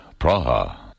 Praha